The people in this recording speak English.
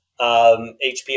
HP